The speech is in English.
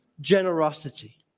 generosity